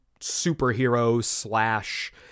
superhero-slash-